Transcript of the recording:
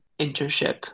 internship